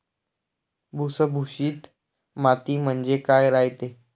भुसभुशीत माती म्हणजे काय रायते?